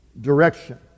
direction